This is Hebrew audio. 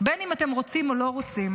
בין אם אתם רוצים או לא רוצים,